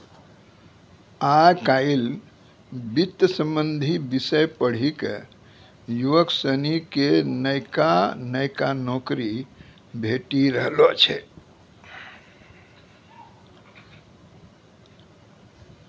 आय काइल वित्त संबंधी विषय पढ़ी क युवक सनी क नयका नयका नौकरी भेटी रहलो छै